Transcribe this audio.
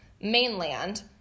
mainland